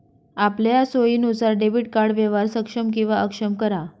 आपलया सोयीनुसार debit card व्यवहार सक्षम किंवा अक्षम करा